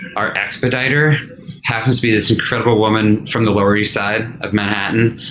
our expediter happens to be this incredible woman from the lower east side of manhattan.